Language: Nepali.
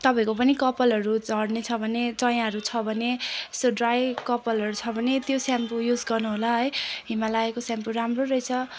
तपाईँहरूको पनि कपालहरू झर्नेछ भने चायाहरू छ भने स ड्राई कपालहरू छ भने त्यो सेम्पू युज गर्नुहोला है हिमालयाको सेम्पू राम्रो रहेछ